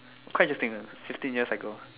quite interesting ah fifteen years cycle